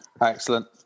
Excellent